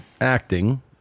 acting